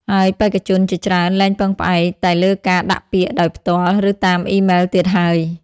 ហើយបេក្ខជនជាច្រើនលែងពឹងផ្អែកតែលើការដាក់ពាក្យដោយផ្ទាល់ ឬតាមអ៊ីមែលទៀតហើយ។